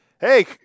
Hey